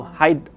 hide